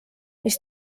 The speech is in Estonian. mis